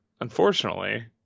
Unfortunately